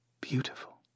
Beautiful